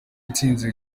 itsinze